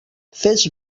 fes